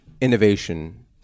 innovation